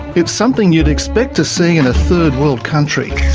it's something you'd expect to see in a third world country